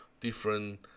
different